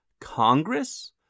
Congress